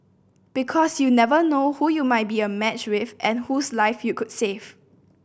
because you never know who you might be a match with and whose life you could save